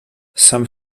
some